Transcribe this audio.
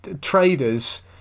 traders